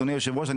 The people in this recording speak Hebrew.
אדוני היושב-ראש,